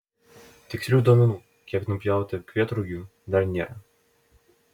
tikslių duomenų kiek nupjauta kvietrugių dar nėra